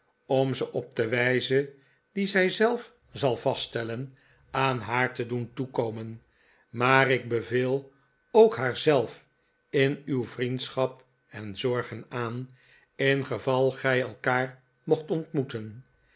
om ze op de wijze die zij zelf zal vaststellen aan naar te doen toekomen maar ik beveel ook haar zelf in uw vriendschap en zorgen aan ingeval gij elkaar mocht ontmoeten